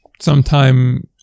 sometime